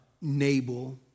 Nabal